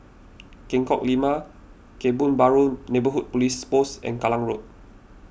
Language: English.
Lengkok Lima Kebun Baru Neighbourhood Police Post and Kallang Road